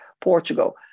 Portugal